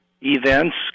events